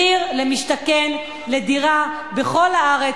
מחיר למשתכן לדירה בכל הארץ,